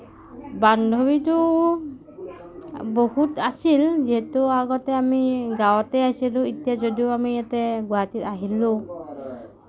বান্ধৱীটো বহুত আছিল যিহেতু আগতে আমি গাঁৱতে আছিলোঁ এতিয়া যদিও আমি ইয়াতে গুৱাহাটীত আহিলোঁ